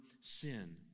sin